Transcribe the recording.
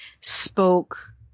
spoke